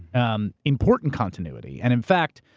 um important continuity. and, in fact,